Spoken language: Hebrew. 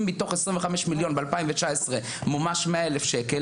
אם מתוך 25 מיליון ב-2019 מומש 100 אלף ₪,